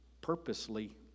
purposely